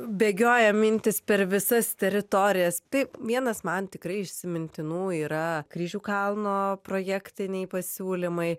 bėgioja mintys per visas teritorijas tai vienas man tikrai įsimintinų yra kryžių kalno projektiniai pasiūlymai